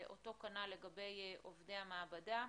ואותו כנ"ל לגבי עובדי המעבדה.